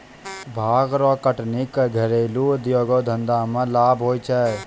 भांग रो कटनी घरेलू उद्यौग धंधा मे लाभ होलै